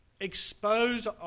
expose